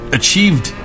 achieved